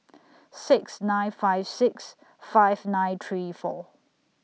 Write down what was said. six nine five six five nine three four